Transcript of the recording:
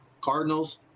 Cardinals